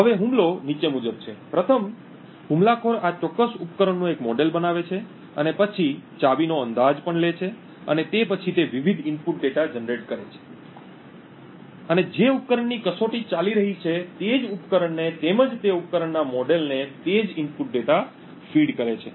હવે હુમલો નીચે મુજબ છે પ્રથમ હુમલાખોર આ ચોક્કસ ઉપકરણનું એક મોડેલ બનાવે છે અને પછી ચાવીનો અંદાજ પણ લે છે અને તે પછી તે વિવિધ ઇનપુટ ડેટા જનરેટ કરે છે અને જે ઉપકરણની કસોટી ચાલી રહી છે તે જ ઉપકરણને તેમજ તે ઉપકરણના મોડેલને તે જ ઇનપુટ ડેટા ફીડ કરે છે